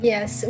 Yes